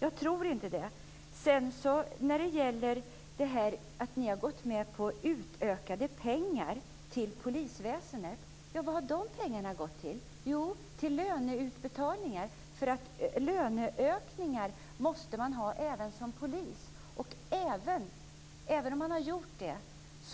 Jag tror nämligen inte att det här räcker. Ni har gått med på att det skall bli mer pengar till polisväsendet. Vad har de pengarna gått till? Jo, de har gått till löneutbetalningar. Poliser måste också få löneökningar. Även om de har fått det